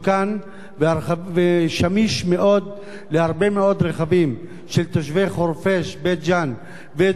ושמיש מאוד להרבה מאוד רכבים של תושבי חורפיש ובית-ג'ן ודרוזים נוספים